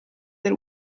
del